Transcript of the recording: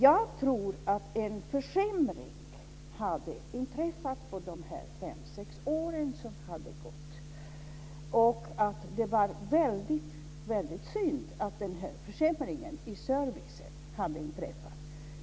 Jag tror att en försämring hade inträffat på de fem sex år som hade gått, och det var väldigt synd att denna försämring i service hade inträffat.